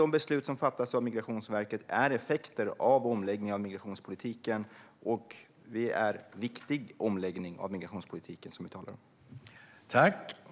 De beslut som fattas av Migrationsverket är effekter av omläggningen av migrationspolitiken, och det är en viktig omläggning av migrationspolitiken som vi talar om.